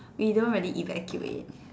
we don't really evacuate